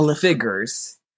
figures